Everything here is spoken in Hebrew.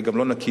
וגם לא נכיר,